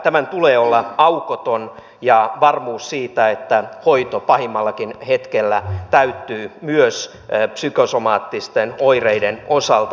tämän tulee olla aukoton ja tulee olla varmuus siitä että hoito pahimmallakin hetkellä täyttyy myös psykosomaattisten oireiden osalta